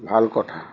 ভাল কথা